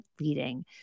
leading